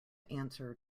answer